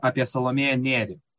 apie salomėją nėrį